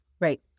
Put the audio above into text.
Right